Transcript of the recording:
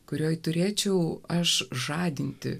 kurioje turėčiau aš žadinti